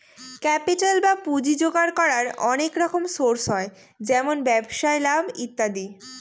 capital বা পুঁজি জোগাড় করার অনেক রকম সোর্স হয় যেমন ব্যবসায় লাভ ইত্যাদি